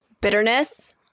bitterness